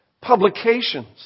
publications